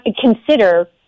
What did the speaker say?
consider